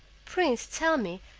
prince, tell me,